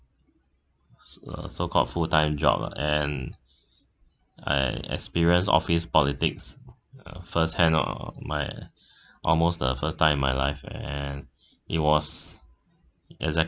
uh so called full time job lah and I experienced office politics uh first hand of my almost the first time in my life and it was exactly